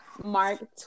Mark